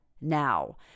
now